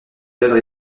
œuvre